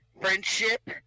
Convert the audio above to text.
friendship